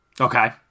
Okay